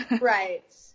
right